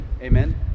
amen